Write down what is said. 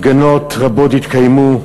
הפגנות רבות התקיימו.